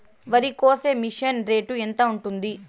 వరికోసే machine rate ఎంత ఉంటుంది?